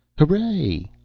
hooray!